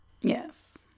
Yes